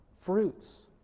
fruits